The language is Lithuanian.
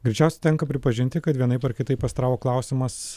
greičiausiai tenka pripažinti kad vienaip ar kitaip astravo klausimas